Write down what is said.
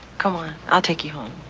c'mon i'll take you home.